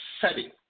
setting